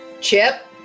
Chip